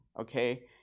okay